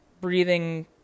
breathing